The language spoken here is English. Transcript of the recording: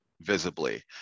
visibly